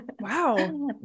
wow